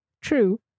true